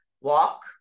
walk